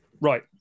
Right